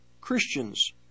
Christians